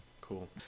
cool